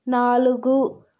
నాలుగు